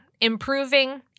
improving